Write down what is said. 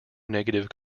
negative